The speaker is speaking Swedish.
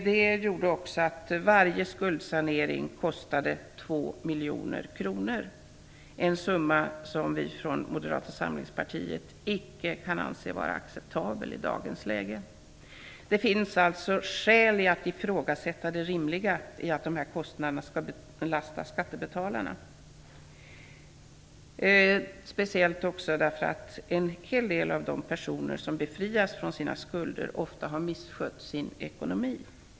Detta gjorde också att varje skuldsanering kostade 2 miljoner kronor - en summa som vi från Moderata samlingspartiet icke kan anse vara acceptabel i dagens läge. Det finns alltså skäl i att ifrågasätta det rimliga i att dessa kostnader skall belasta skattebetalarna, speciellt därför att en hel del av de personer som befriats från sina skulder ofta har misskött sin ekonomi.